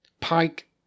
Pike